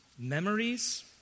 Memories